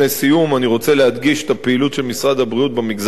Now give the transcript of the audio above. אני רוצה להדגיש את הפעילות של משרד הבריאות במגזר הערבי.